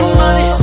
money